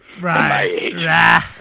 Right